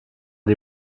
die